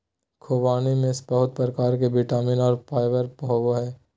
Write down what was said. ख़ुबानी में बहुत प्रकार के विटामिन और फाइबर होबय हइ